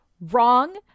wrong